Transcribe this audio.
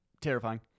Terrifying